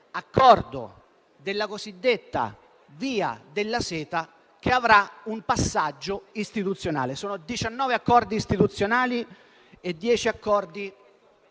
accordo della cosiddetta via della seta che avrà un passaggio parlamentare. In tutto sono 19 accordi istituzionali e 10 accordi